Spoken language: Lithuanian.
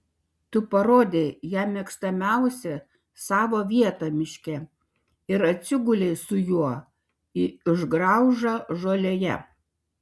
tu parodei jam mėgstamiausią savo vietą miške ir atsigulei su juo į išgraužą žolėje